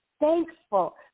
thankful